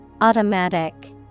Automatic